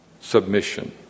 submission